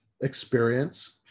experience